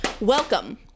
Welcome